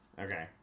Okay